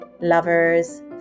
lovers